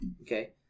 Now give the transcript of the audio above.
Okay